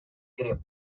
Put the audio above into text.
grip